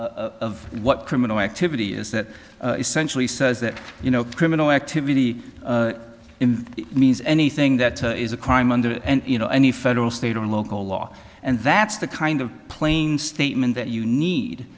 of what criminal activity is that essentially says that you know criminal activity in it means anything that is a crime under you know any federal state and local law and that's the kind of plain statement that you need